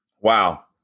Wow